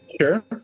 Sure